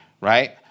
right